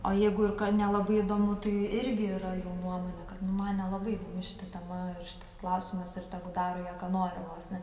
o jeigu ir ka nelabai įdomu tai irgi yra jų nuomonė kad nu man nelabai įdomi šita tema šitas klausimas ir tegu daro jie ką nori vos ne